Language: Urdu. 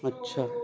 اچھا